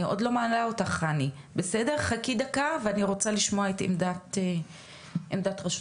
ולפניה אני רוצה לשמוע את עמדת רשות